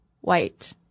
white